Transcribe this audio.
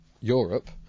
Europe